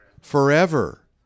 Forever